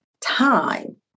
time